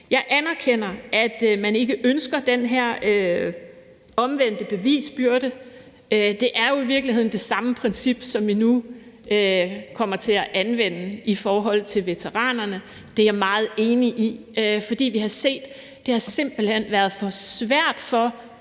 Jeg anerkender, at man ikke ønsker den her omvendte bevisbyrde. Det er jo i virkeligheden det samme princip, som vi nu kommer til at anvende i forhold til veteranerne. Det er jeg meget enig i. For vi har set, at det simpelt hen har været for svært for